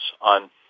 on